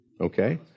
Okay